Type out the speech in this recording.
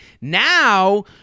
Now